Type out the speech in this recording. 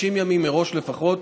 60 ימים מראש לפחות,